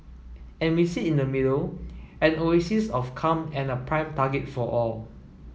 and we sit in the middle an oasis of calm and a prime target for all